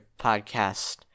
podcast